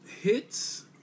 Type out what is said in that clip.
hits